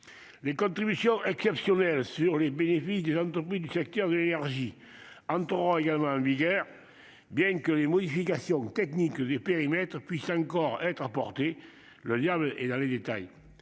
Les contributions exceptionnelles sur les bénéfices des entreprises du secteur de l'énergie entreront également en vigueur, bien que des modifications techniques et relatives à leur périmètre puissent encore être apportées- le diable est dans les détails.